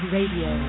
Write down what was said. Radio